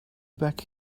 back